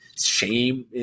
shame